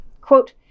Quote